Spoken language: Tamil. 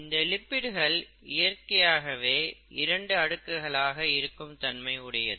இந்த லிப்பிடுகள் இயற்கையாகவே இரண்டு அடுக்குகளாக இருக்கும் தன்மை உடையது